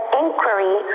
inquiry